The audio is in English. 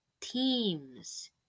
teams